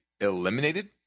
eliminated